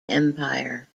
empire